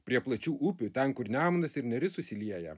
prie plačių upių ten kur nemunas ir neris susilieja